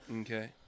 Okay